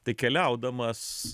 tai keliaudamas